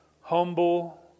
humble